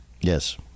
Yes